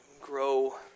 grow